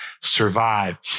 survive